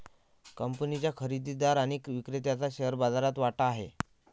कंपनीच्या खरेदीदार आणि विक्रेत्याचा शेअर बाजारात वाटा आहे